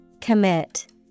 Commit